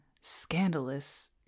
scandalous